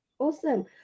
Awesome